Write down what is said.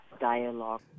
dialogue